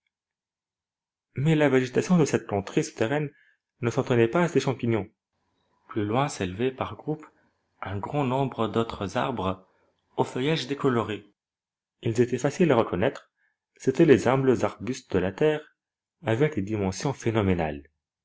mais la végétation de cette contrée souterraine ne s'en tenait pas à ces champignons plus loin s'élevaient par groupes un grand nombre d'autres arbres au feuillage décoloré ils étaient faciles à reconnaître c'étaient les humbles arbustes de la terre avec des dimensions phénoménales